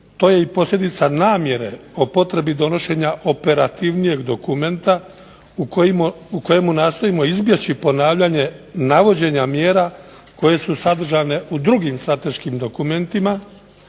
to je i posljedica i namjere o potrebi donošenja operativnijeg dokumenta u kojemu nastojimo izbjeći ponavljanje navođenja mjera koje su sadržane u drugim strateškim dokumentima,